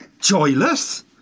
joyless